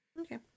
Okay